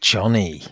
Johnny